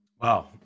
Wow